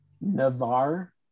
Navarre